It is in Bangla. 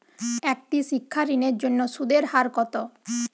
একটি শিক্ষা ঋণের জন্য সুদের হার কত?